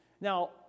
Now